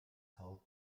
held